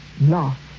lost